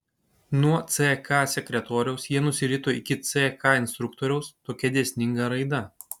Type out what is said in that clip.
nuo ck sekretoriaus jie nusirito iki ck instruktoriaus tokia dėsninga raida